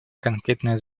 конкретные